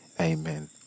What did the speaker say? Amen